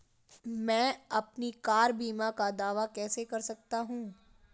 मैं अपनी कार बीमा का दावा कैसे कर सकता हूं?